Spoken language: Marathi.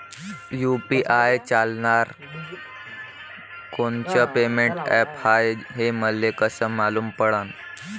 यू.पी.आय चालणारं कोनचं पेमेंट ॲप हाय, हे मले कस मालूम पडन?